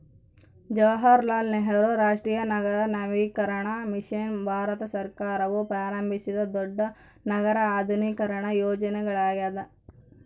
ಜವಾಹರಲಾಲ್ ನೆಹರು ರಾಷ್ಟ್ರೀಯ ನಗರ ನವೀಕರಣ ಮಿಷನ್ ಭಾರತ ಸರ್ಕಾರವು ಪ್ರಾರಂಭಿಸಿದ ದೊಡ್ಡ ನಗರ ಆಧುನೀಕರಣ ಯೋಜನೆಯ್ಯಾಗೆತೆ